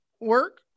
work